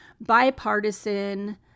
bipartisan